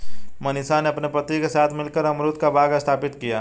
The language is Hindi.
मनीषा ने अपने पति के साथ मिलकर अमरूद का बाग स्थापित किया